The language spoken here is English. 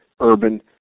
urban